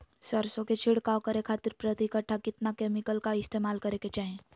सरसों के छिड़काव करे खातिर प्रति कट्ठा कितना केमिकल का इस्तेमाल करे के चाही?